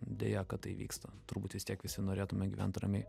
deja kad tai vyksta turbūt vis tiek visi norėtume gyvent ramiai